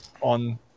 on